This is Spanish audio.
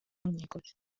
muñecos